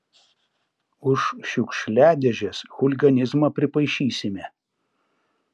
už šiukšliadėžes chuliganizmą pripaišysime